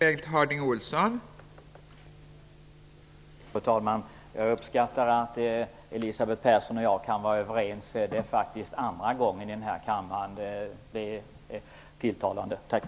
Fru talman! Jag uppskattar att Elisabeth Persson och jag är överens. Det är faktiskt andra gången vi är det här i kammaren. Det är tilltalande. Tack!